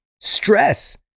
Stress